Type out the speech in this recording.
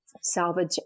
salvage